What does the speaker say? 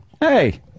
hey